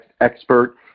expert